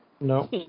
No